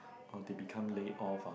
or they become lay off ah